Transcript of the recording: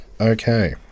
Okay